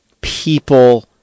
people